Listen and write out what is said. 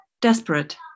desperate